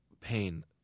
pain